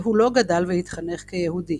והוא לא גדל והתחנך כיהודי.